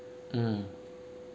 mm